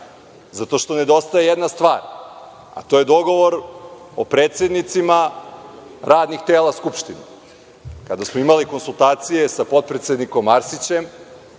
zato što nedostaje jedna stvar, a to je dogovor o predsednicima radnih tela Skupštine. Kada smo imali konsultacije sa potpredsednikom Arsićem,